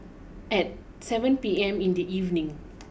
at seven P M in the evening